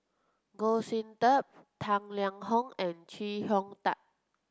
Goh Sin Tub Tang Liang Hong and Chee Hong Tat